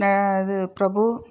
இது பிரபு